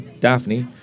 Daphne